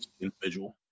individual